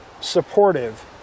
supportive